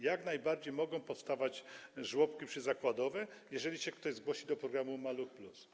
Jak najbardziej mogą powstawać żłobki przyzakładowe, jeżeli się ktoś zgłosi do programu „Maluch+”